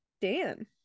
Dan